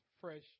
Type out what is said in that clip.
fresh